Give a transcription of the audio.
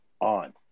on